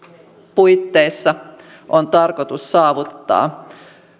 puitteissa on tarkoitus saavuttaa